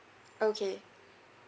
okay